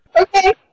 Okay